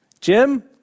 Jim